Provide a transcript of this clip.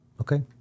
Okay